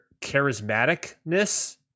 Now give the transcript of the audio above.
charismaticness